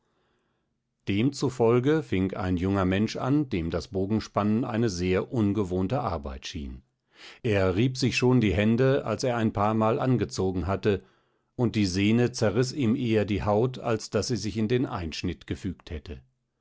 zufolge fing ein junger mensch an dem das bogenspannen eine sehr ungewohnte arbeit schien er rieb sich schon die hände als er ein paarmal angezogen hatte und die sehne zerriß ihm eher die haut als daß sie sich in den einschnitt gefügt hätte